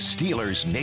Steelers